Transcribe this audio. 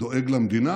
דואג למדינה